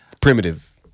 Primitive